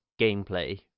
gameplay